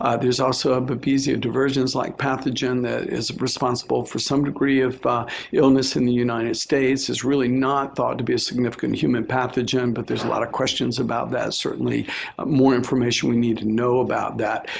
ah there's also a babesia divergens like pathogen that is responsible for some degree of illness in the united states. it's really not thought to be a significant human pathogen, but there's a lot of questions about that, certainly more information we need to know about that.